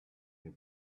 your